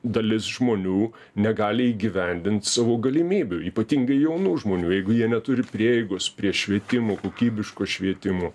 dalis žmonių negali įgyvendint savo galimybių ypatingai jaunų žmonių jeigu jie neturi prieigos prie švietimo kokybiško švietimo